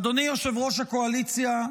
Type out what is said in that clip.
אדוני יושב-ראש הקואליציה,